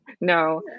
No